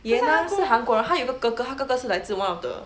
他是韩国人他有一个哥哥他哥哥是来自 one of the